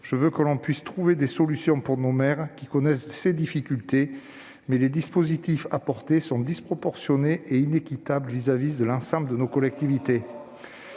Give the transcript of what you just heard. je veux que l'on puisse trouver des solutions pour nos maires qui connaissent ces difficultés, mais les dispositifs ici proposés sont disproportionnés et inéquitables pour l'ensemble de nos collectivités.